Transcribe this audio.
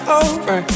over